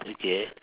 okay